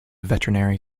veterinary